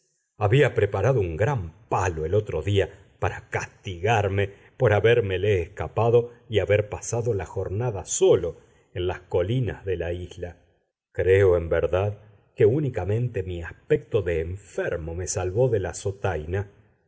había preparado un gran palo el otro día para castigarme por habérmele escapado y haber pasado la jornada solo en las colinas de la isla creo en verdad que únicamente mi aspecto de enfermo me salvó de la azotaina